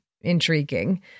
intriguing